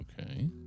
Okay